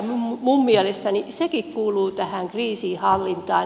minun mielestäni sekin kuuluu tähän kriisinhallintaan